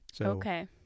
Okay